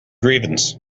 grievance